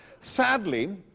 Sadly